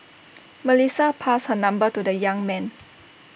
Melissa passed her number to the young man